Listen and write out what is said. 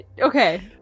okay